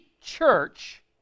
church